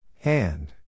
Hand